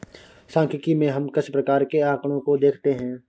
सांख्यिकी में हम किस प्रकार के आकड़ों को देखते हैं?